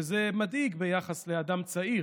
וזה מדאיג ביחס לאדם צעיר.